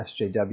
SJW